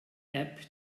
app